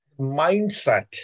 mindset